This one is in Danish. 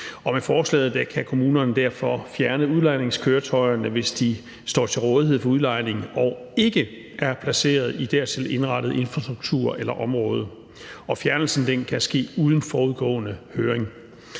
Med forslaget kan kommunerne derfor fjerne udlejningskøretøjerne, hvis de står til rådighed for udlejning og ikke er placeret i dertil indrettet infrastruktur eller område. Fjernelsen kan ske uden forudgående høring.